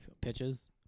pitches